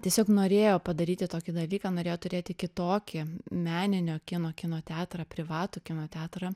tiesiog norėjo padaryti tokį dalyką norėjo turėti kitokį meninio kino kino teatrą privatų kino teatrą